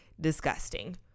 disgusting